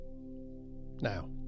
Now